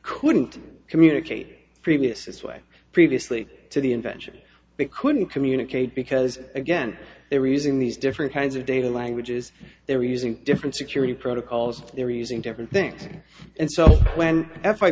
couldn't communicate previous way previously to the invention big couldn't communicate because again they reason these different kinds of data languages they were using different security protocols they were using different things and so when